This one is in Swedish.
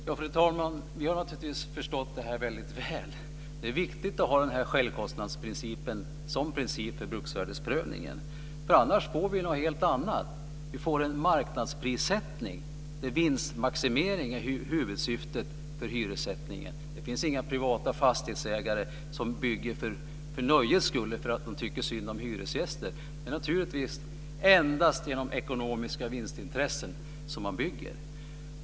Fru talman! Vi har naturligtvis förstått det här väldigt väl. Det är viktigt att ha självkostnadsprincipen som princip för bruksvärdesprövningen. Annars får vi något helt annat. Vi får en marknadsprissättning där vinstmaximering är huvudsyftet för hyressättningen. Det finns inga privata fastighetsägare som bygger för nöjes skull eller för att de tycker synd om hyresgästerna. Det är naturligtvis endast på grund av ekonomiska vinstintressen man bygger.